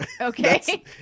Okay